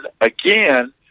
again